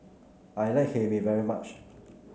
I like Hae Mee very much